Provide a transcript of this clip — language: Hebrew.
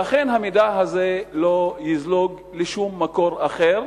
שאכן המידע הזה לא יזלוג לשום מקור אחר.